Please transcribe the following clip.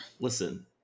listen